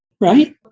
right